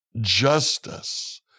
justice